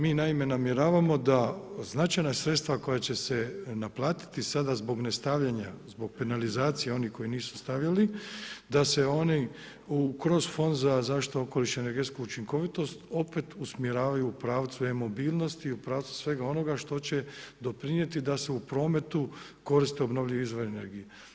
Mi naime, namjeravamo, da značajna sredstva, koja će se naplatiti, sada zbog nestavljanja, zbog penalizacije, oni koji nisu stavili, da se oni kroz fond za zaštitu okoliša i energetsku učinkovitost opet usmjeravaju u pravcu e-mobilnosti i u pravcu svega onoga što će doprinijeti da se u prometu koriste obnovljivi izbori energije.